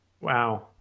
Wow